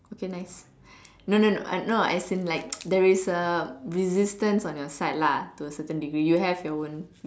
okay nice no no no no as in like there is a resistance on your side lah to a certain degree you have your own